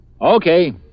Okay